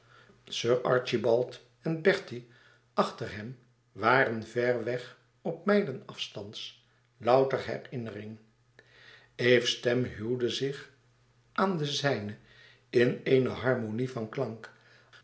sir archibald en bertie achter hem waren ver weg op mijlen afstands louter herinnering eve's stem huwde zich aan de zijne in eene harmonie van klank